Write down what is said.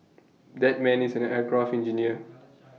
that man is an aircraft engineer